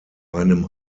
einem